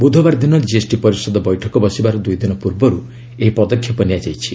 ବୁଧବାର ଦିନ ଜିଏସ୍ଟି ପରିଷଦ ବୈଠକ ବସିବାର ଦୁଇ ଦିନ ପୂର୍ବରୁ ଏହି ପଦକ୍ଷେପ ନିଆଯାଇଛି